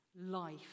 Life